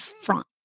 front